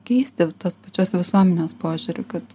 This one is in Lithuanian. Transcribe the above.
keisti tos pačios visuomenės požiūrį kad